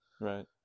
Right